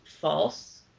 false